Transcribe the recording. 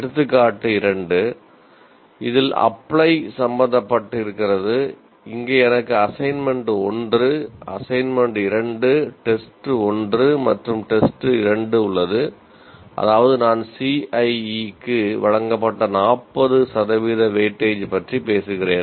எடுத்துக்காட்டு 2 அதில் அப்ளை சம்பந்தப்பட் டிருக்கிறது இங்கே எனக்கு அசைன்மென்ட் 1 அசைன்மென்ட் 2 டெஸ்ட் 1 மற்றும் டெஸ்ட் 2 உள்ளது அதாவது நான் CIEக்கு வழங்கப்பட்ட 40 சதவீத வெயிட்டேஜ் பற்றி பேசுகிறேன்